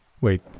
Wait